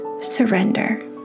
surrender